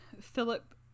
Philip